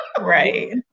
right